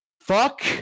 Fuck